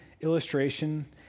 illustration